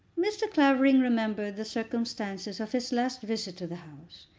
mr. clavering remembered the circumstances of his last visit to the house,